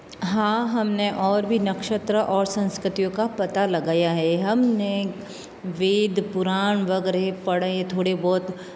हाँ हम ने और भी नक्षत्र और संस्कृतियों का पता लगाया है हम ने वेद पुराण वग़ैरह थोड़ा बहुत